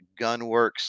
gunworks